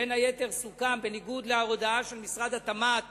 בין היתר סוכם בניגוד להודעה של משרד התמ"ת